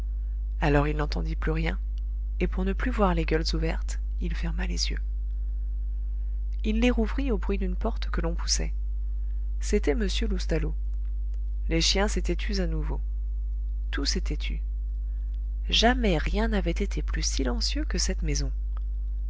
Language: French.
alors il n'entendit plus rien et pour ne plus voir les gueules ouvertes il ferma les yeux il les rouvrit au bruit d'une porte que l'on poussait c'était m loustalot les chiens s'étaient tus à nouveau tout s'était tu jamais rien n'avait été plus silencieux que cette maison